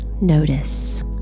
Notice